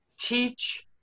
teach